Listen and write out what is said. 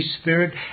Spirit